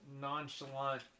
nonchalant